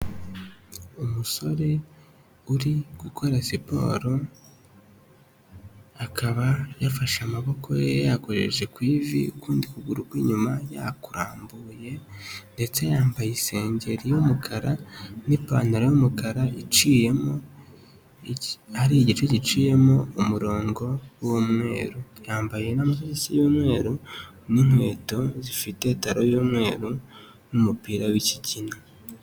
Umusore uri gukora siporo, akaba yafashe amaboko ye yayakojeje ku ivi, ukundi kuguru kw'inyuma yakurambuye ndetse yambaye isengeri y'umukara n'ipantaro y'umukara iciyemo, ari igice giciyemo umurongo w'umweru. Yambaye n'amasogisi y'umweru, n'inkweto zifite taro y'umweru, n'umupira w'ikigina.